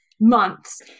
months